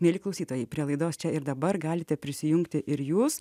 mieli klausytojai prielaidos čia ir dabar galite prisijungti ir jūs